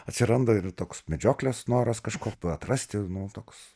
atsiranda ir toks medžioklės noras kažko atrasti nu toks